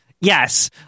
yes